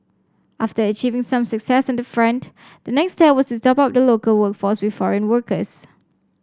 after achieving some success on the front the next step was to top up the local workforce with foreign workers